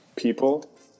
people